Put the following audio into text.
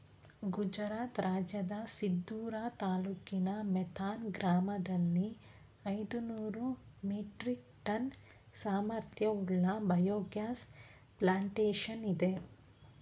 ಗುಜರಾತ್ ರಾಜ್ಯದ ಸಿದ್ಪುರ ತಾಲೂಕಿನ ಮೇಥಾನ್ ಗ್ರಾಮದಲ್ಲಿ ಐದುನೂರು ಮೆಟ್ರಿಕ್ ಟನ್ ಸಾಮರ್ಥ್ಯವುಳ್ಳ ಬಯೋಗ್ಯಾಸ್ ಪ್ಲಾಂಟೇಶನ್ ಇದೆ